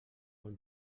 com